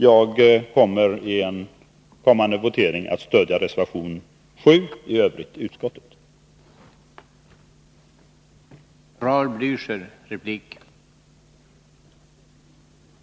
Jag ämnar i en kommande votering stödja reservation 7 och i övrigt utskottets förslag.